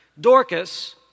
Dorcas